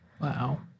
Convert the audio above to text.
Wow